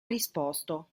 risposto